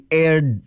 aired